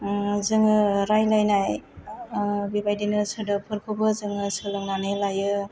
जोङो रायलायनाय बेबादिनो सोदोब फोरखौबो जोङो सोलोंनानै लायो